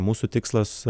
mūsų tikslas